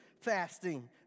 fasting